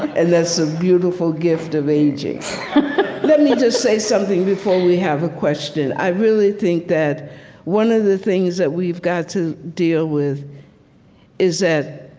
and that's a beautiful gift of aging let me just say something before we have a question. i really think that one of the things that we've got to deal with is that